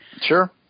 Sure